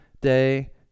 day